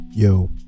Yo